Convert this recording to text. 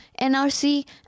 NRC